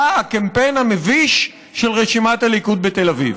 זה היה הקמפיין המביש של רשימת הליכוד בתל אביב.